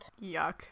Yuck